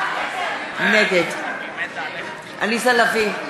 נגד עליזה לביא,